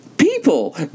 People